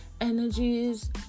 energies